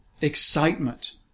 excitement